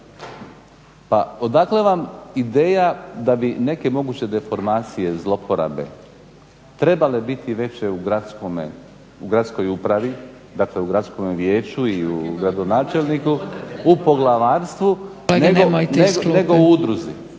Pa odakle vam ideja da bi neke moguće deformacije zlouporabe trebale biti veće u gradskoj upravi, dakle u gradskom vijeću i u gradonačelniku, u poglavarstvu nego udruzi,